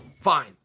Fine